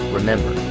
Remember